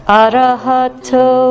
arahato